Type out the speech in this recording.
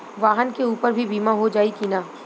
वाहन के ऊपर भी बीमा हो जाई की ना?